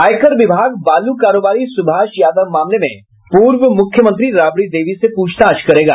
आयकर विभाग बालू कारोबारी सुभाष यादव मामले में पूर्व मुख्यमंत्री राबड़ी देवी से पूछताछ करेगा